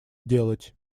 делать